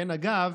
אגב,